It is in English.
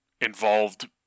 involved